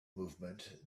movement